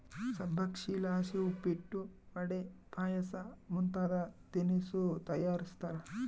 ಸಬ್ಬಕ್ಶಿಲಾಸಿ ಉಪ್ಪಿಟ್ಟು, ವಡೆ, ಪಾಯಸ ಮುಂತಾದ ತಿನಿಸು ತಯಾರಿಸ್ತಾರ